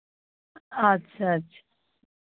अच्छा अच्छा